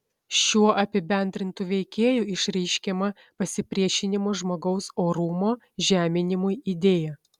šiuo apibendrintu veikėju išreiškiama pasipriešinimo žmogaus orumo žeminimui idėja